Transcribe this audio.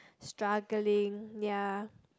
struggling ya